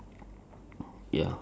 the wording ya